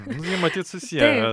nu tai matyt susieja